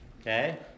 okay